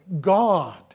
God